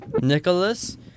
Nicholas